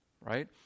right